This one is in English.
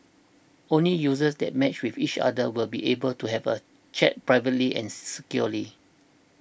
only users that matched with each other will be able to have a chat privately and s securely